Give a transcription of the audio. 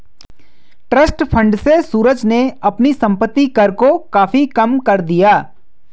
trust fund से सूरज ने अपने संपत्ति कर को काफी कम कर दिया